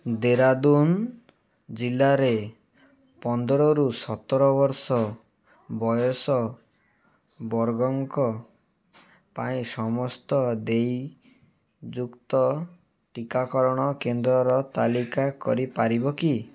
ଡେରାଡ଼ୁନ୍ ଜିଲ୍ଲାରେ ପନ୍ଦରରୁ ସତର ବର୍ଷ ବୟସ ବର୍ଗଙ୍କ ପାଇଁ ସମସ୍ତ ଦେୟଯୁକ୍ତ ଟିକାକରଣ କେନ୍ଦ୍ରର ତାଲିକା କରିପାରିବ କି